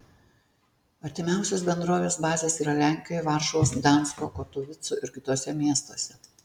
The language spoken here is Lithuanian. artimiausios bendrovės bazės yra lenkijoje varšuvos gdansko katovicų ir kituose miestuose